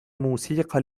موسيقى